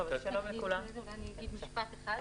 לפני כן אני אומר משפט אחד.